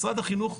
משרד החינוך,